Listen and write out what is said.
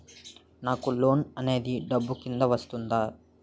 నాకు లోన్ అనేది డబ్బు కిందా వస్తుందా?